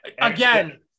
Again